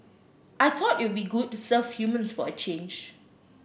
I thought it would be good to serve humans for a change